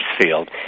field